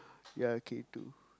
ya K-two